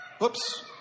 Whoops